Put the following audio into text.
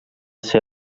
ser